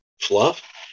fluff